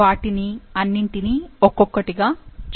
వాటినన్నింటినీ ఒక్కొటొక్కటి గా చూద్దాము